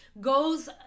goes